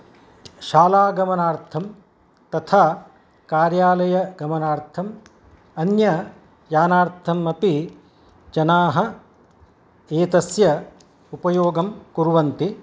शालागमनार्थं तथा कार्यालयगमनार्थम् अन्य यानार्थमपि जनाः एतस्य उपयोगं कुर्वन्ति